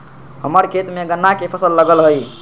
हम्मर खेत में गन्ना के फसल लगल हई